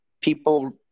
people